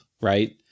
right